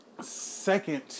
second